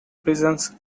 presence